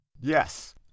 Yes